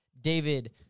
David